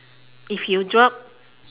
if you drop